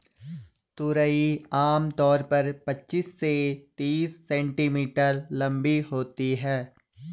तुरई आम तौर पर पचीस से तीस सेंटीमीटर लम्बी होती है